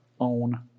own